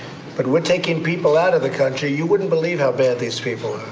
but we're taking people out of the country. you wouldn't believe how bad these people are.